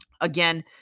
Again